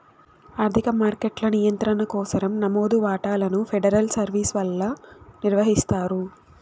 ఆర్థిక మార్కెట్ల నియంత్రణ కోసరం నమోదు వాటాలను ఫెడరల్ సర్వీస్ వల్ల నిర్వహిస్తారు